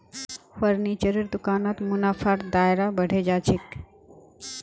फर्नीचरेर दुकानत मुनाफार दायरा बढ़े जा छेक